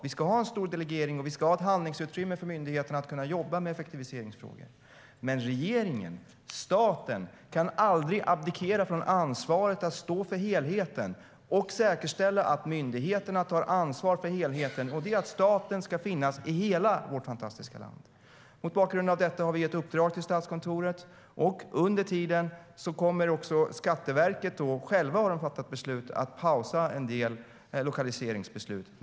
Vi ska ha stor delegering, och myndigheterna ska ha ett handlingsutrymme för att kunna jobba med effektiviseringsfrågor. Men regeringen, staten, kan aldrig abdikera från ansvaret för att stå för helheten och för att säkerställa att myndigheterna tar ansvar för helheten. Staten ska finnas i hela vårt fantastiska land. Mot bakgrund av detta har vi gett Statskontoret ett uppdrag. Skatteverket har också själva fattat beslut om att pausa en del lokaliseringsbeslut under tiden.